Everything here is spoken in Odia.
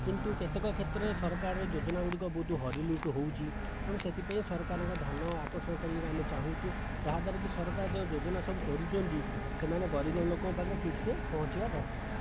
କିନ୍ତୁ କେତେକ କ୍ଷେତ୍ରରେ ସରକାର ଯୋଜନାଗୁଡ଼ିକ ବହୁତ ହରିଲୁଟ୍ ହେଉଛି ତେଣୁ ସେଥିପାଇଁ ସରକାରଙ୍କ ଧ୍ୟାନ ଆକର୍ଷଣ କରିବାକୁ ଆମେ ଚାହୁଁଛୁ ଯାହାଦ୍ଵାରାକି ସରକାର ଯେଉଁ ଯୋଜନା ସବୁ କରୁଛନ୍ତି ସେମାନେ ଗରିବଲୋକଙ୍କ ପାଖରେ ଠିକ୍ସେ ପହଞ୍ଚିବା ଦରକାର